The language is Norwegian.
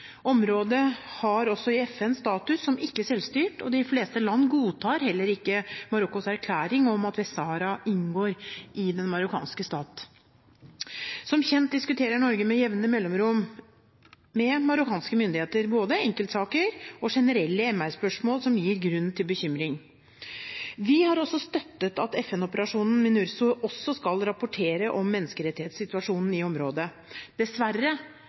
Området har også i FN status som ikke-selvstyrt, og de fleste land godtar heller ikke Marokkos erklæring om at Vest-Sahara inngår i den marokkanske stat. Som kjent diskuterer Norge med jevne mellomrom med marokkanske myndigheter både enkeltsaker og generelle menneskerettighetsspørsmål som gir grunn til bekymring. Vi har støttet at FN-operasjonen MINURSO også skal rapportere om menneskerettighetssituasjonen i området. Dessverre